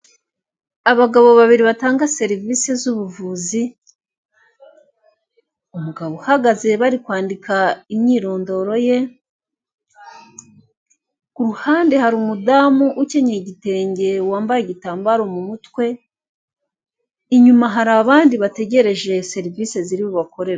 Abagabo babiri batanga serivisi zubuvuzi umugabo uhagaze bari kwandika imyirondoro ye, kuruhande hari umudamu ukeneye igitenge wambaye igitambaro mu mutwe, inyuma hari abandi bategereje serivise ziribubakorerwe.